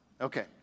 Okay